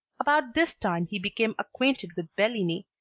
about this time he became acquainted with bellini,